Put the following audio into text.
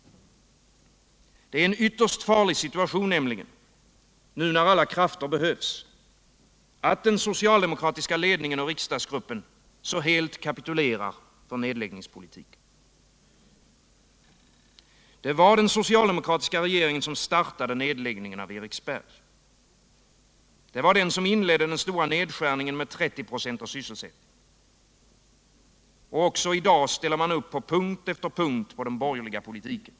Det är nämligen en ytterst farlig situation, nu när alla krafter behövs, att den socialdemokratiska ledningen och riksdagsgruppen så helt kapitulerar för nedläggningspolitiken. Det var den socialdemokratiska regeringen som startade nedläggningen av Eriksberg. Det var den som inledde den stora nedskärningen med 30 924 av sysselsättningen. Också i dag ställer man upp på punkt efter punkt på den borgerliga politiken.